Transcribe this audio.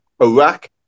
Iraq